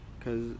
cause